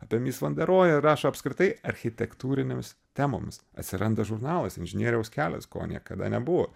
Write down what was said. apie mis van deroje rašo apskritai architektūrinėmis temomis atsiranda žurnalas inžinieriaus kelias ko niekada nebuvo